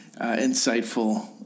insightful